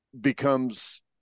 becomes